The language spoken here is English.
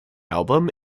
album